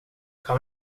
kan